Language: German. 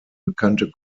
bekannte